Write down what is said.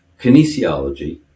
kinesiology